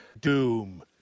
Doom